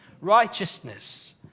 righteousness